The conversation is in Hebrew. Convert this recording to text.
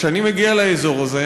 כשאני מגיע לאזור הזה,